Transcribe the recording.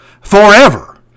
forever